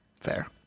Fair